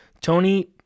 tony